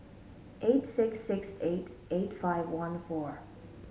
eight six six eight eight five one four